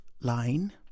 line